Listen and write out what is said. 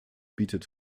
bietet